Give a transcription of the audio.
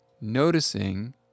Noticing